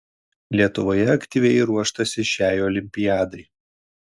lietuvoje aktyviai ruoštasi šiai olimpiadai